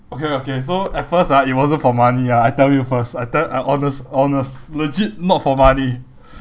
okay lah okay so at first ah it wasn't for money ah I tell you first I tell I honest honest legit not for money